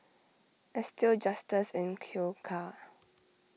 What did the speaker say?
Estill Justus and Q car